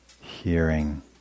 hearing